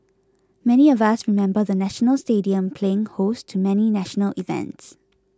many of us remember the National Stadium playing host to many national events